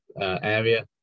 area